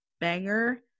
banger